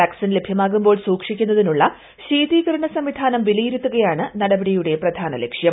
vaccine ലഭ്യമാകുമ്പോൾ സൂക്ഷിക്കുന്നതിനുള്ള ശീതീകരണ സംവിധാനം വിലയിരുത്തുക യാണ് നടപടിയുടെ പ്രധാനലക്ഷ്യം